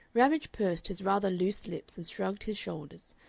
ramage pursed his rather loose lips and shrugged his shoulders,